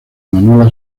manuela